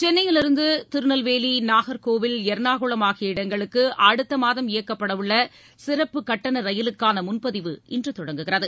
சென்னையிலிருந்து திருநெல்வேலி நாகர்கோவில் எர்ணாகுளம் ஆகிய இடங்களுக்கு அடுத்த மாதம் இயக்கப்படவுள்ள சிறப்பு கட்டண ரயிலுக்கான முன்பதிவு இன்று தொடங்குகிறது